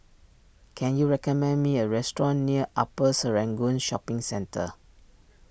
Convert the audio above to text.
can you recommend me a restaurant near Upper Serangoon Shopping Centre